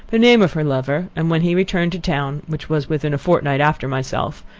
the name of her lover and when he returned to town, which was within a fortnight after myself,